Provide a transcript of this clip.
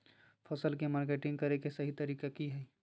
फसल के मार्केटिंग करें कि सही तरीका की हय?